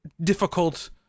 difficult